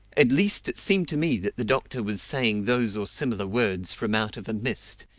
at least it seemed to me that the doctor was saying those or similar words from out of a mist,